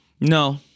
No